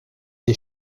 des